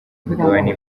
imigabane